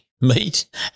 meat